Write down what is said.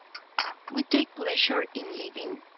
we take pleasure in living,